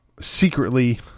secretly